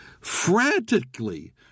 frantically